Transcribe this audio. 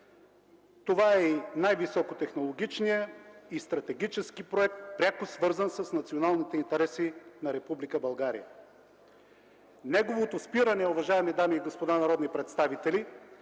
Това е и най-високотехнологичният и стратегически проект, пряко свързан с националните интереси на Република България. Неговото спиране, уважаеми дами и господа народни представители,